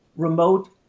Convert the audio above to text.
Remote